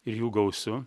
ir jų gausu